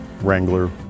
Wrangler